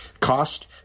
Cost